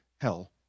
hell